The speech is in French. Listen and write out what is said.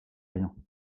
rien